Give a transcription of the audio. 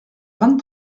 vingt